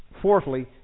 fourthly